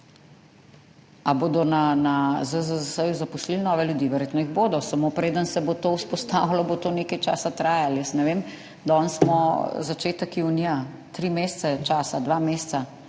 Ali bodo na ZZZS zaposlili nove ljudi? Verjetno jih bodo, samo preden se bo to vzpostavilo, bo to nekaj časa trajalo. Ne vem, danes je začetek junija, tri mesece je časa, dva meseca.